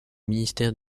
ministère